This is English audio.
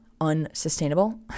unsustainable